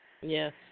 Yes